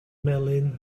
melyn